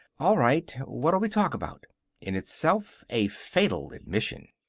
all right. what'll we talk about? in itself a fatal admission.